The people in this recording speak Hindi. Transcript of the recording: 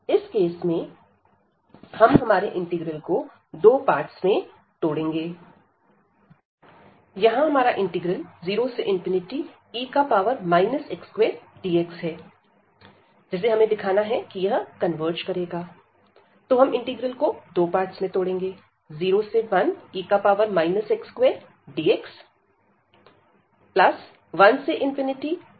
इस केस में हम हमारे इंटीग्रल को दो पार्टस में तोडेंगे 01e x2dx 1 e x2dx